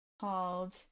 called